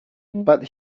but